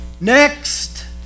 Next